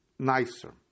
Nicer